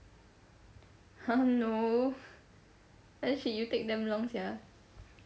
!huh! no actually you take damn long sia